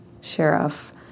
sheriff